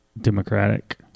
democratic